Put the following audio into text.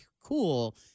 cool